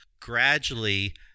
gradually